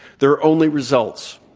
there are only results.